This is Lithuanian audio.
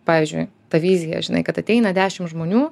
pavyzdžiui ta vizija žinai kad ateina dešim žmonių